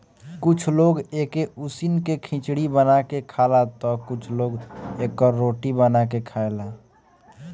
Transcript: कुछ लोग एके उसिन के खिचड़ी बना के खाला तअ कुछ लोग एकर रोटी बना के खाएला